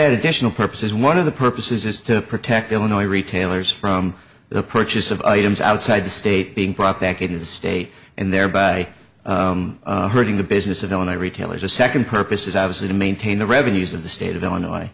add additional purposes one of the purposes is to protect illinois retailers from the purchase of items outside the state being brought back into the state and thereby hurting the business of illinois retailers a second purpose is obviously to maintain the revenues of the state of illinois